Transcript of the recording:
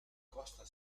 costa